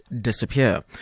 disappear